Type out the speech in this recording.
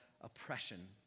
oppression